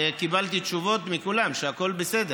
וקיבלתי תשובות מכולם שהכול בסדר.